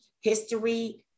history